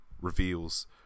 reveals